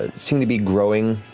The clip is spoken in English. ah seem to be growing